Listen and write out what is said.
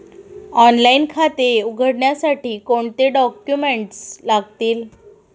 Online खाते उघडण्यासाठी कोणते डॉक्युमेंट्स लागतील?